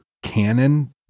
canon